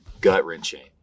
gut-wrenching